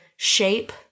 Shape